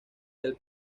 del